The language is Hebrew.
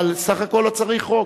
אבל סך הכול לא צריך חוק.